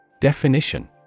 Definition